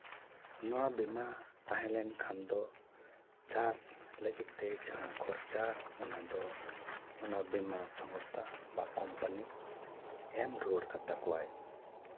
ᱱᱚᱣᱟ ᱵᱤᱢᱟ ᱛᱟᱦᱮᱸ ᱞᱮᱱᱠᱷᱟᱱ ᱫᱚ ᱪᱟᱥ ᱞᱟᱹᱜᱤᱫ ᱛᱮ ᱡᱟᱦᱟᱸ ᱠᱷᱚᱨᱪᱟ ᱚᱱᱟ ᱫᱚ ᱚᱱᱟ ᱵᱤᱢᱟ ᱥᱚᱝᱥᱛᱷᱟ ᱠᱳᱢᱯᱟᱱᱤ ᱮᱢ ᱨᱩᱣᱟᱹᱲ ᱠᱟᱛᱟ ᱠᱚᱣᱟᱭ